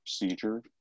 procedure